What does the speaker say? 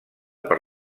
per